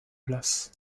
place